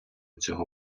цього